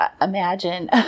imagine